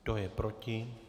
Kdo je proti?